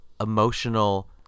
emotional